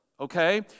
Okay